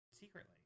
secretly